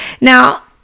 Now